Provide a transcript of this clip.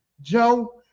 Joe